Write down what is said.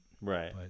Right